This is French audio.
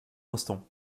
instant